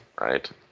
right